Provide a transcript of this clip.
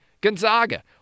Gonzaga